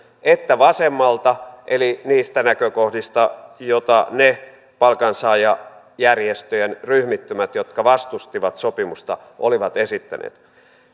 esittänyt että vasemmalta eli niistä näkökohdista joita ne palkansaajajärjestöjen ryhmittymät jotka vastustivat sopimusta olivat esittäneet